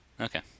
Okay